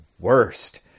worst